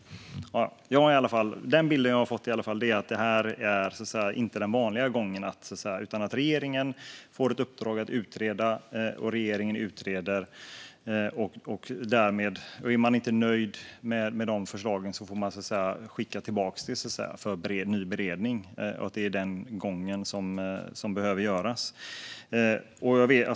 Nu uppfattar jag att ledamoten menar att det gjorde det - okej. Den bild jag fått är i alla fall att det inte är den vanliga gången utan att regeringen får ett uppdrag att utreda. Om man inte är nöjd med förslagen får man skicka tillbaka dem för ny beredning - det är så gången behöver vara.